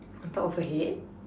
on top of her head